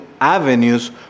avenues